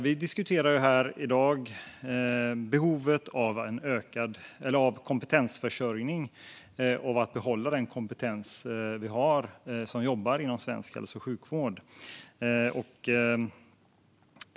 Vi diskuterar här i dag behovet av kompetensförsörjning och av att behålla den kompetens vi har hos dem som jobbar inom svensk hälso och sjukvård.